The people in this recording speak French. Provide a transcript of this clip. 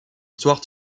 histoire